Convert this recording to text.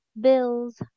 bills